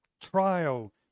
trial